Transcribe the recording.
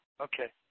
Okay